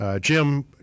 Jim